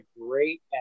great